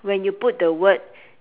when you put the word